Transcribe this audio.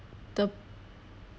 the